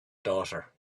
daughter